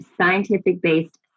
scientific-based